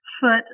foot